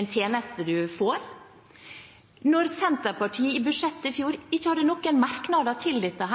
en tjeneste man får, når Senterpartiet ved budsjettet i fjor ikke hadde noen merknader til dette